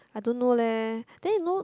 I don't know leh then you know